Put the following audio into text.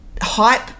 Hype